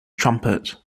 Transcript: trumpet